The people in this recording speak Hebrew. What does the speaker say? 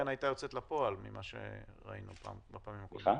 ממה שראינו בפעמים הקודמות,